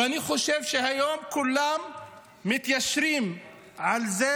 ואני חושב שהיום כולם מתיישרים על זה